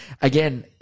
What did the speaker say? again